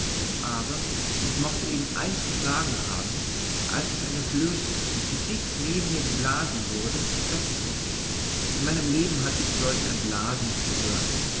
aber es mochte eben eins geschlagen haben als mich eine flöte die dicht neben mir geblasen wurde weckte in meinem leben hatt ich solch ein blasen nicht gehört